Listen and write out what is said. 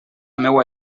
meua